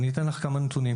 ואני אתן לך כמה נתונים.